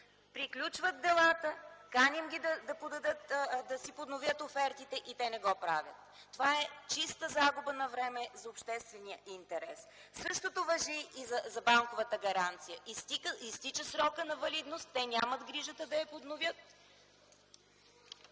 приключват делата, каним ги да си подновят офертите и те не го правят. Това е чиста загуба на време за обществения интерес. Същото важи и за банковата гаранция – изтича срокът на валидност, те нямат грижата да го подновят